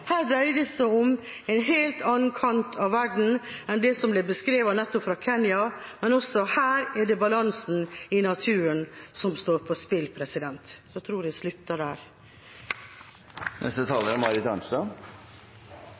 Her dreier det seg om en helt annen kant av verden enn det som nettopp ble beskrevet fra Kenya, men også her er det balansen i naturen som står på spill. Jeg tror jeg slutter der. Parisavtalen er